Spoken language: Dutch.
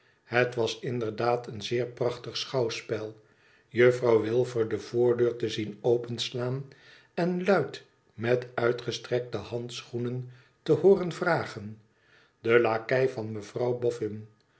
het was inderdaad een zeer prachtig schouwspel juffrouw wilfer de voordeur te zien openslaan en luid met uitgestrekte handschoen te hooren vragen de lakei van mevrouw boffin